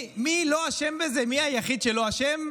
מי לא אשם בזה, מי היחיד שלא אשם?